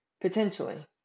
potentially